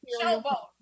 Showboat